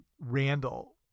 Randall